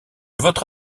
votre